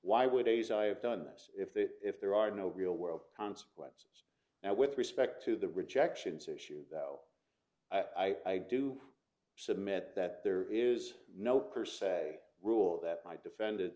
why would a as i have done this if they if there are no real world consequences now with respect to the rejections issue though i do submit that there is no per se rule that i defended